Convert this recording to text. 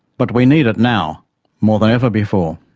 but we need it now more than ever before.